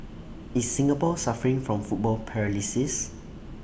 is Singapore suffering from football paralysis